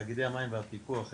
תאגידי המים והפיקוח עליהם,